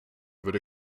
würde